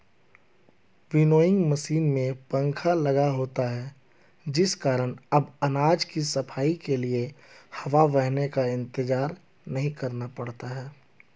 winnowing machine में पंखा लगा होता है जिस कारण अब अनाज की सफाई के लिए हवा बहने का इंतजार नहीं करना पड़ता है